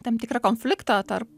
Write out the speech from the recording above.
tam tikrą konfliktą tarp